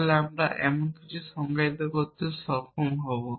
তাহলে আমার এইরকম কিছু সংজ্ঞায়িত করতে সক্ষম হব